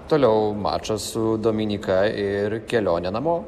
toliau mačas su dominyka ir kelionė namo